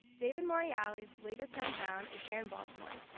david morreale's latest hometown is here in baltimore.